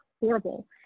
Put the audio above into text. horrible